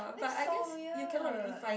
that's so weird